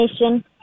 nation